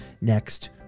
next